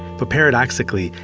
but paradoxically,